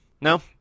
No